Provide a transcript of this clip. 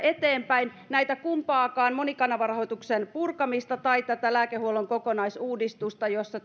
eteenpäin näitä kumpaakaan monikanavarahoituksen purkamista tai tätä lääkehuollon kokonaisuudistusta jossa